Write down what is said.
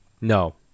No